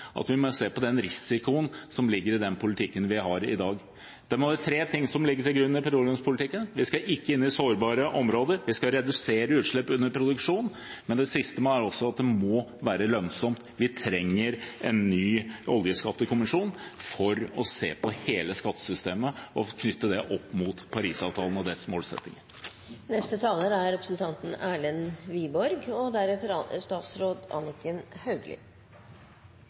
at vi må se på risikoen som ligger i den politikken vi har i dag. Tre ting må ligge til grunn i petroleumspolitikken: Vi skal ikke inn i sårbare områder. Vi skal redusere utslipp under produksjon, og det siste er at det må være lønnsomt. Vi trenger en ny oljeskattekommisjon for å se på hele skattesystemet og knytte det opp mot Paris-avtalen og dens målsettinger.